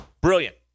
brilliant